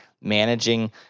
managing